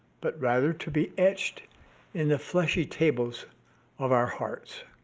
but rather to be etched in the fleshy tables of our hearts.